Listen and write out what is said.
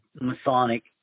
Masonic